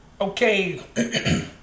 Okay